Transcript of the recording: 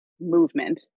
movement